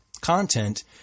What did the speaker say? content